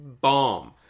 bomb